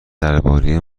درباره